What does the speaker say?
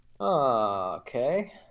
Okay